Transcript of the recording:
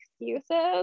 excuses